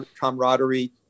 camaraderie